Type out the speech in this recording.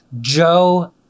Joe